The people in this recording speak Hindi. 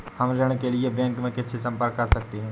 हम ऋण के लिए बैंक में किससे संपर्क कर सकते हैं?